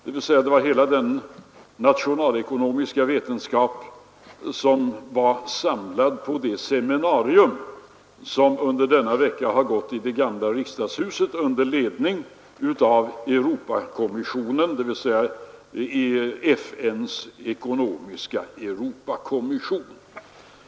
Det var alla de representanter för den nationalekonomiska vetenskapen som var samlade på det seminarium som under denna vecka har hållits i det gamla riksdagshuset under ledning av FN:s ekonomiska Europakommission.